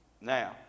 Now